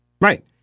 Right